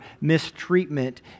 mistreatment